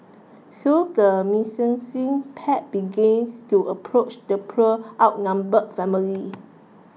soon the menacing pack begins to approach the poor outnumbered family